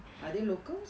are they locals